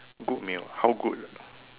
good meal how good